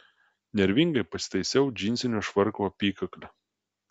nervingai pasitaisiau džinsinio švarko apykaklę